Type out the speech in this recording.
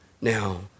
now